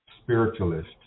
spiritualist